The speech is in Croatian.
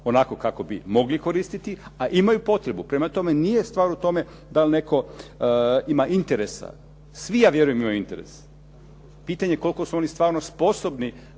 onako kako bi mogli koristiti, a imaju potrebu. Prema tome, nije stvar u tome dal netko ima interesa. svi ja vjerujem imaju interes. Pitanje je koliko su oni stvarno sposobni